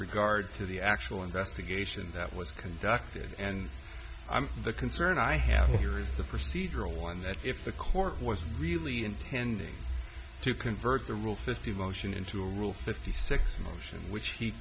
regard to the actual investigation that was conducted and i'm the concern i have here is a procedural one that if the court was really intending to convert the rule fifty motion into a rule fifty six motion which he